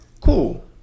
cool